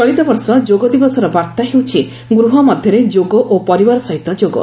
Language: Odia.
ଚଳିତ ବର୍ଷ ଯୋଗ ଦିବସର ବାର୍ତ୍ତା ହେଉଛି ଗୃହ ମଧ୍ୟରେ ଯୋଗ ଓ ପରିବାର ସହିତ ଯୋଗ